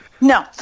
No